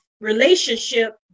relationship